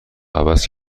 عوض